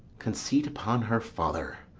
conceit upon her father.